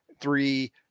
Three